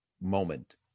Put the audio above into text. moment